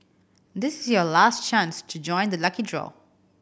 this is your last chance to join the lucky draw